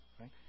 right